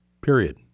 period